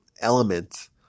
element